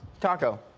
Taco